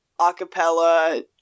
acapella